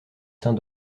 sein